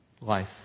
life